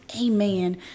Amen